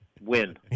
win